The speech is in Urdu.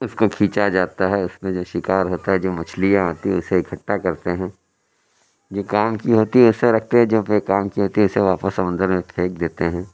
اس کو کھینچا جاتا ہے اس میں جو شکار ہوتا ہے جو مچھلیاں ہوتی ہیں اسے اکھٹا کرتے ہیں جو کام کی ہوتی ہے اسے رکھتے ہیں جو بےکام کی ہوتی ہے اسے واپس سمندر میں پھینک دیتے ہیں